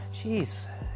Jeez